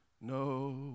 No